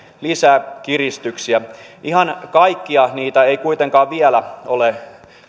lisää kiristyksiä ihan kaikkia niitä ei kuitenkaan vielä ole